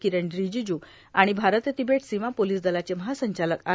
किरेन रिजीजू आणि भारत तिबेट सीमा पोलीस दलाचे महासंचालक आर